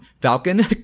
Falcon